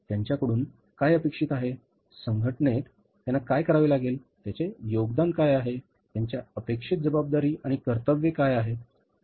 त्यांच्याकडून काय अपेक्षित आहे संघटनेत त्यांना काय करावे लागेल त्यांचे योगदान काय आहे त्यांच्या अपेक्षित जबाबदारी आणि कर्तव्ये काय आहेत